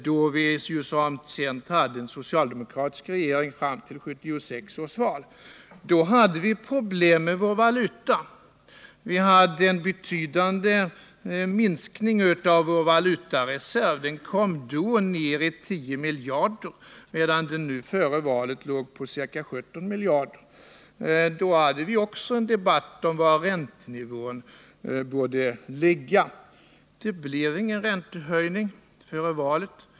Så sent som fram till 1976 års val hade vi ju en socialdemokratisk regering, och då hade vi problem med vår valuta. Vi hade en betydande minskning av vår valutareserv, som då kom ner i 10 miljarder, medan den nu före valet låg på ca 17 miljarder. Också då hade vi en debatt om var räntenivån borde ligga. Det blev ingen räntehöjning före valet.